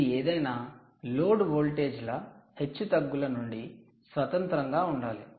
ఇది ఏదైనా లోడ్ వోల్టేజ్ల హెచ్చుతగ్గుల నుండి స్వతంత్రంగా ఉండాలి